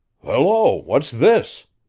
hello! what's this?